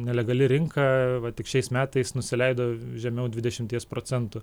nelegali rinka tik šiais metais nusileido žemiau dvidešimties procentų